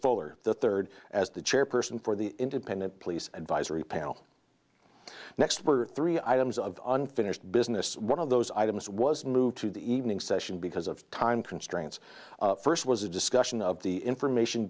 fuller the third as the chairperson for the independent police advisory panel next for three items of unfinished business one of those items was moved to the evening session because of time constraints first was a discussion of the information